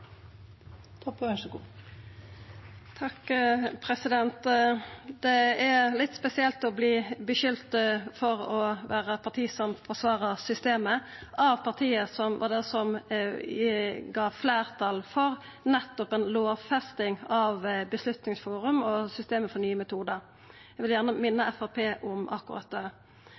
er litt spesielt å verta skulda for å vera eit parti som forsvarar systemet, av partiet som var det som gav fleirtal for nettopp ei lovfesting av Beslutningsforum og systemet Nye metodar. Eg vil gjerne minna Framstegspartiet om akkurat det.